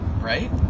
right